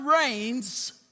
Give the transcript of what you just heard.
reigns